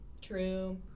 True